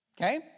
Okay